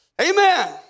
Amen